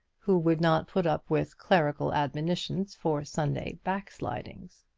who would not put up with clerical admonitions for sunday backslidings.